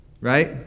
right